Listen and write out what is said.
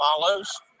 follows